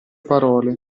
parole